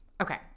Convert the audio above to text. Okay